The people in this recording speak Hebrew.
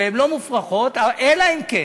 והן לא מופרכות, אלא אם כן